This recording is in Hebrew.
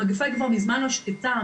המגפה כבר מזמן לא שקטה.